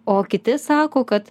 o kiti sako kad